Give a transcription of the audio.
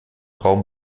raum